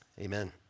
Amen